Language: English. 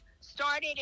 started